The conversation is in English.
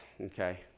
okay